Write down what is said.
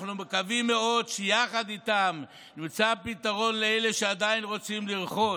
ואנחנו מקווים מאוד שיחד איתם נמצא פתרון לאלה שעדיין רוצים לרכוש,